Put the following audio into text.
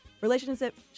relationship